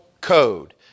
code